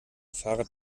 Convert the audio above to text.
fahrrad